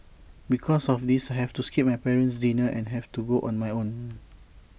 because of this I have to skip my parent's dinner and have to go on my own